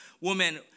woman